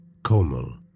Komal